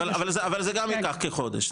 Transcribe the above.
אבל זה גם ייקח חודש,